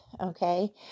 Okay